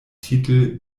titel